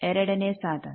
ಎರಡನೆಯ ಸಾಧನ